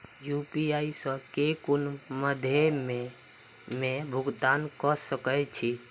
UPI सऽ केँ कुन मध्यमे मे भुगतान कऽ सकय छी?